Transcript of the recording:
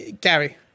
Gary